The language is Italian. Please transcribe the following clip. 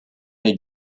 nei